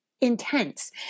intense